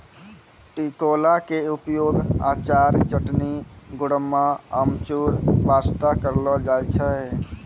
टिकोला के उपयोग अचार, चटनी, गुड़म्बा, अमचूर बास्तॅ करलो जाय छै